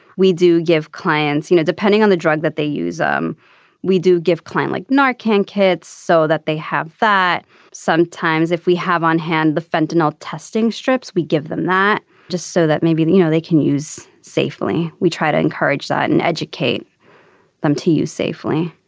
we do give clients you know depending on the drug that they use. um we do give client like narcan kits so that they have that sometimes if we have on hand the fentanyl testing strips we give them that just so that maybe you know they can use safely. we try to encourage that and educate them to use safely.